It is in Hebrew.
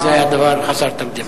וזה היה דבר חסר תקדים.